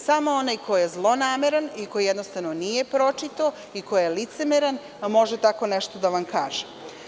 Samo onaj ko je zlonameran, ko jednostavno nije pročitao, ko je licemeran, može tako nešto da vam kaže.